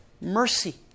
Mercy